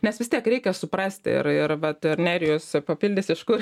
nes vis tiek reikia suprasti ir ir vat ir nerijus papildys iš kur